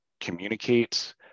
communicate